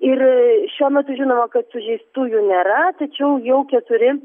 ir šiuo metu žinoma kad sužeistųjų nėra tačiau jau keturi